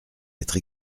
être